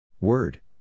Word